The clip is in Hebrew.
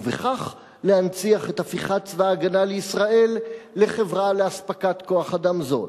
ובכך להבטיח את הפיכת צבא-הגנה לישראל לחברה לאספקת כוח-אדם זול.